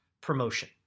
promotion